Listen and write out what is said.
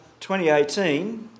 2018